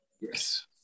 Yes